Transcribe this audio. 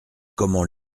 comment